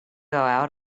out